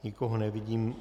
Nikoho nevidím.